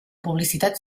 publicitat